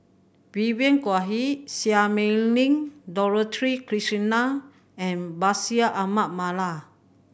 Vivien Quahe Seah Mei Lin Dorothy Krishnan and Bashir Ahmad Mallal